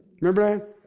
Remember